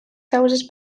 causes